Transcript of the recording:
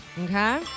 Okay